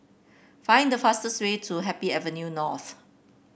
find the fastest way to Happy Avenue North